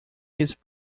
his